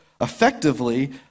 effectively